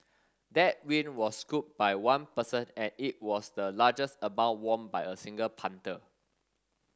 that win was scooped by one person and it was the largest amount won by a single punter